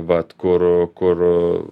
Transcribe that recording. vat kur kur